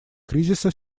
кризиса